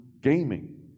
gaming